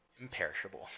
Imperishable